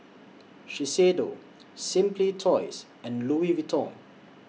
Shiseido Simply Toys and Louis Vuitton